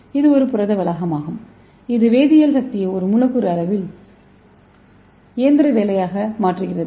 இது ஒரு புரத வளாகமாகும் இது வேதியியல் சக்தியை ஒரு மூலக்கூறு அளவில் இயந்திர வேலையாக மாற்றுகிறது